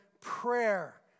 prayer